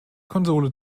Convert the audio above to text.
konsole